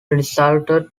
resulted